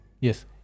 yes